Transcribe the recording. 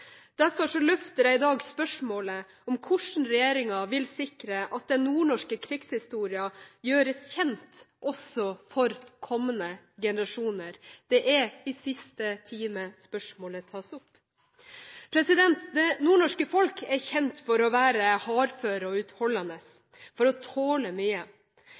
Derfor løfter jeg i dag spørsmålet om hvordan regjeringen vil sikre at den nordnorske krigshistorien gjøres kjent også for kommende generasjoner. Det er i siste time spørsmålet tas opp. Det nordnorske folk er kjent for å være hardføre og utholdende, for å tåle mye. Det bar også motstandskampen i nord preg av. Vanlige folk risikerte mye